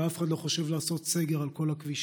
ואף אחד לא חושב לעשות סגר על כל הכבישים.